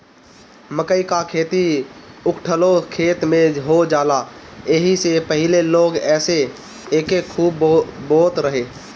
मकई कअ खेती उखठलो खेत में हो जाला एही से पहिले लोग एके खूब बोअत रहे